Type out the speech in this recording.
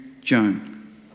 Joan